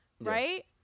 right